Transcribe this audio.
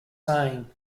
saying